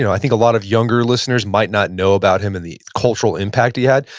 i think a lot of younger listeners might not know about him and the cultural impact he had.